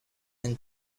and